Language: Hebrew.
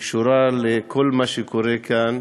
שקשורה לכל מה שקורה כאן